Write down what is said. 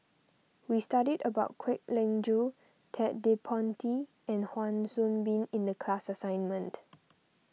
we studied about Kwek Leng Joo Ted De Ponti and Wan Soon Bee in the class assignment